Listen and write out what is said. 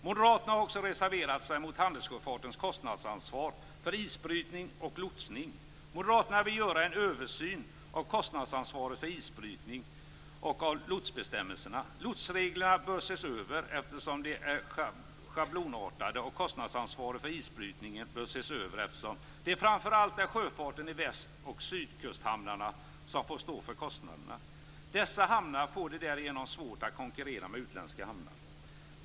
Moderaterna har också reserverat sig mot handelssjöfartens kostnadsansvar för isbrytning och lotsning. Moderaterna vill göra en översyn av kostnadsansvaret för isbrytning och av lotsbestämmelserna. Lotsreglerna bör ses över eftersom de är schablonartade, och kostnadsansvaret för isbrytningen bör ses över eftersom det framför allt är sjöfarten i väst och sydkusthamnarna som får stå för kostnaderna. Dessa hamnar får det därigenom svårt att konkurrera med utländska hamnar.